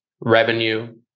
revenue